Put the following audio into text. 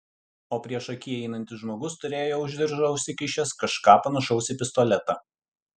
o priešaky einantis žmogus turėjo už diržo užsikišęs kažką panašaus į pistoletą